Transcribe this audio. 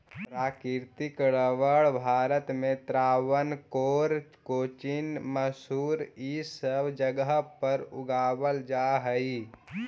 प्राकृतिक रबर भारत में त्रावणकोर, कोचीन, मैसूर इ सब जगह पर उगावल जा हई